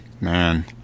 man